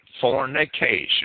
fornication